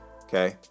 Okay